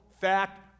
fact